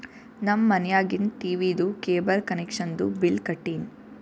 ನಮ್ ಮನ್ಯಾಗಿಂದ್ ಟೀವೀದು ಕೇಬಲ್ ಕನೆಕ್ಷನ್ದು ಬಿಲ್ ಕಟ್ಟಿನ್